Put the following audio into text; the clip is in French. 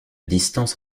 distance